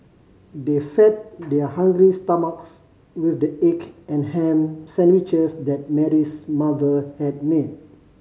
they fed their hungry stomachs with the egg and ham sandwiches that Mary's mother had made